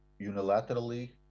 unilaterally